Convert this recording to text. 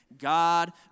God